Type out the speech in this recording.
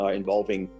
involving